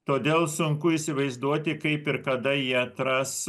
todėl sunku įsivaizduoti kaip ir kada jie atras